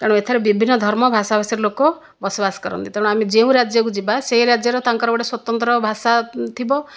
ତେଣୁ ଏଠାରେ ବିଭିନ୍ନ ଧର୍ମ ଭାଷା ଭାଷିର ଲୋକ ବସବାସ କରନ୍ତି ତେଣୁ ଆମେ ଯେଉଁ ରାଜ୍ୟକୁ ଯିବା ସେହି ରାଜ୍ୟର ତାଙ୍କର ଗୋଟିଏ ସ୍ଵତନ୍ତ୍ର ଭାଷା ଥିବ